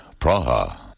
Praha